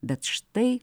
bet štai